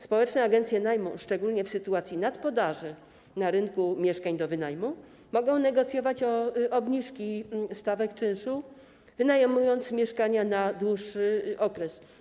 Społeczne agencje najmu, szczególnie wobec nadpodaży na rynku mieszkań do wynajmu, mogą negocjować obniżki stawek czynszu, wynajmując mieszkania na dłuższy okres.